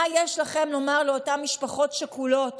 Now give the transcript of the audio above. מה יש לכם לומר לאותן משפחות שכולות